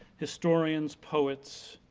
historians, poets,